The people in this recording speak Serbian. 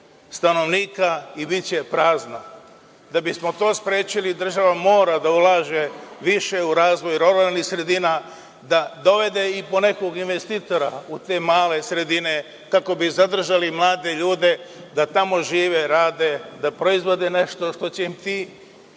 stanovnika i biće prazna. Da bismo to sprečili država mora da ulaže više u razvoj ruralnih sredina, da dovede i po nekog investitora u te male sredine kako bi zadržali mlade ljude da tamo žive, rade, da proizvode nešto što će im